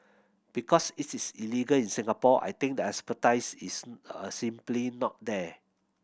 because it's is illegal in Singapore I think the expertise is a simply not there